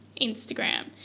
Instagram